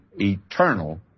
eternal